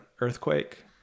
earthquake